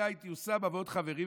היה איתי אוסאמה ועוד חברים,